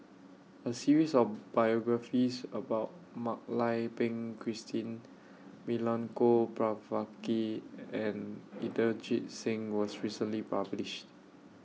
A series of biographies about Mak Lai Peng Christine Milenko Prvacki and Inderjit Singh was recently published